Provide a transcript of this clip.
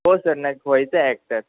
हो सर न व्हायचं आहे ॲक्टर